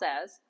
says